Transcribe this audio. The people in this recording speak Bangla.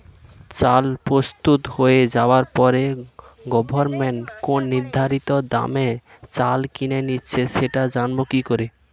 চাল প্রস্তুত হয়ে যাবার পরে গভমেন্ট কোন নির্ধারিত দামে চাল কিনে নিচ্ছে সেটা জানবো কি করে?